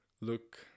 look